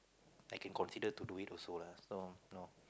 I can consider to do it also lah so no